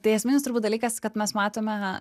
tai esminis turbūt dalykas kad mes matome